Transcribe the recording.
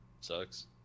Sucks